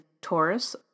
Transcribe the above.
Taurus